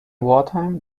wartime